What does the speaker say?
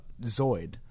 Zoid